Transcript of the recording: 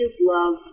love